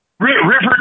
River